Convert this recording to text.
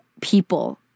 people